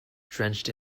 drenched